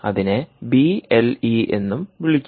അതിനെ B L E എന്നും വിളിക്കുന്നു